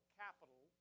capital